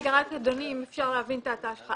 רגע, אדוני, אם אפשר להבין את ההצעה שלך.